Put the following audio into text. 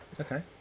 Okay